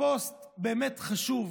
פוסט באמת חשוב,